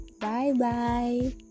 Bye-bye